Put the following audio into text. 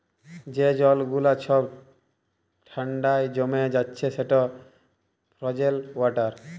যে জল গুলা ছব ঠাল্ডায় জমে যাচ্ছে সেট ফ্রজেল ওয়াটার